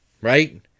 right